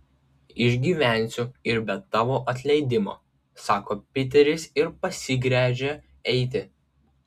išgyvensiu ir be tavo atleidimo sako piteris ir pasigręžia eiti